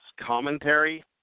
commentary